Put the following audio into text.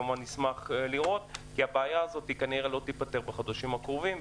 כמובן נשמח לראות כי הבעיה הזאת כנראה לא תיפתר בחודשים הקרובים,